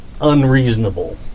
Unreasonable